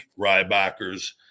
Rybackers